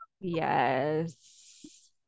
yes